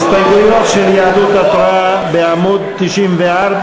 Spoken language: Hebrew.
חבר הכנסת ליצמן מבקש שההסתייגויות של יהדות התורה בעמוד 94,